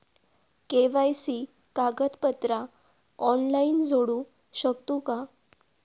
KYC कागदपत्रा online जोडू शकतू का?